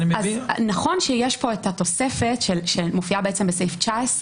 נכון שיש פה את התוספת שמופיעה בעצם בסעיף 19